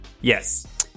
Yes